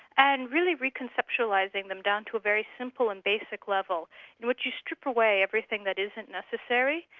and really reconceptualising them down to a very simple and basic level in which you strip away everything that isn't necessary,